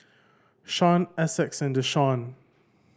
Sean Essex and Deshaun